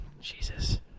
Jesus